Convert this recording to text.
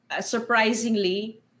surprisingly